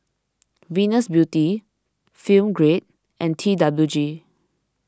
Venus Beauty Film Grade and T W G